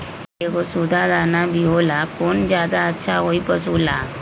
एगो सुधा दाना भी होला कौन ज्यादा अच्छा होई पशु ला?